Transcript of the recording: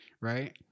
right